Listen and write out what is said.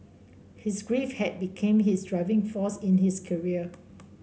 his grief had became his driving force in his career